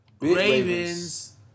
Ravens